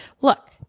look